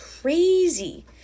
crazy